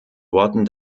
worten